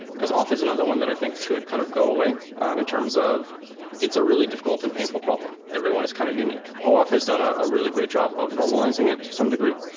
because auth is another one that i think should kind of go away in terms of it's a really difficult and painful problem. everyone is kind of unique. oauth had done ah a really great job of normalizing it to some degree,